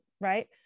right